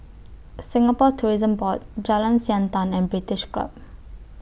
Singapore Tourism Board Jalan Siantan and British Club